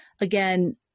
again